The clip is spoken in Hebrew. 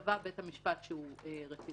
קבע בית המשפט שהוא רצידיוויסט,